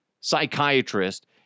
psychiatrist